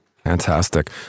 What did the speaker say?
Fantastic